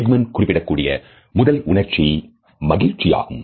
Ekman குறிப்பிடக்கூடிய முதல் உணர்ச்சி மகிழ்ச்சியாகும்